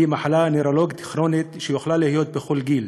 היא מחלה נוירולוגית כרונית שיכולה להיות בכל גיל,